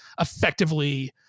effectively